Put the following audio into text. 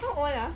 how old ah